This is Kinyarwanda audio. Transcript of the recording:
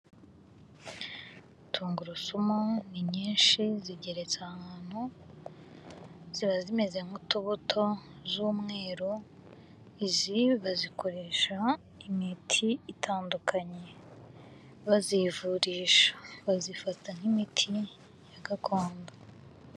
Tungurusumu ni nyinshi zigeretse ahantu ziba zimeze nk'utubuto z'umweru, izi bazikoresha imiti itandukanye, bazivurisha bazifata nk'imiti ya gakondo.